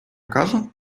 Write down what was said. кажу